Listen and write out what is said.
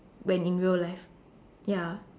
when in real life ya